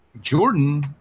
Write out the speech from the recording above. Jordan